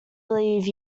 believe